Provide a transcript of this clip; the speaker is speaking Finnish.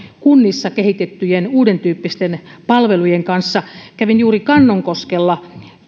kunnissa kehitettyjen uudentyyppisten palvelujen kanssa kävin juuri kannonkoskella